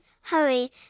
hurry